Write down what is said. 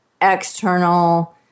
external